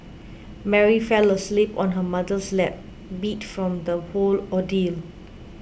Mary fell asleep on her mother's lap beat from the whole ordeal